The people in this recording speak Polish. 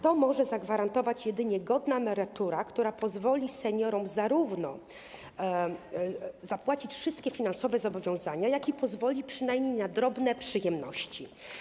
To może zagwarantować jedynie godna emerytura, która seniorom zarówno pozwoli zapłacić wszystkie finansowe zobowiązania, jak i pozwoli przynajmniej na drobne przyjemności.